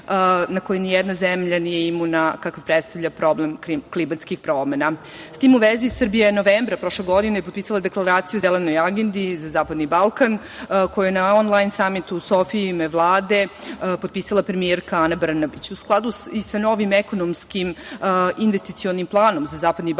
na koji ni jedna zemlja nije imuna, kakav predstavlja problem klimatskih promena.S tim u vezi, Srbija je u novembru prošle godine potpisala Deklaraciju u Zelenoj agendi za zapadni Balkan, koja je na on-lajn samitu u Sofiji u ime Vlade potpisala premijerka Ana Brnabić. U skladu i sa novim ekonomskim investicionim planom za zapadni Balkan